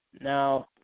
Now